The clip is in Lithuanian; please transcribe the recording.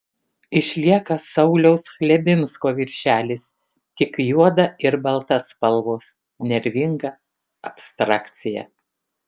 išlieka sauliaus chlebinsko viršelis tik juoda ir balta spalvos nervinga abstrakcija